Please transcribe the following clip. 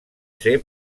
ser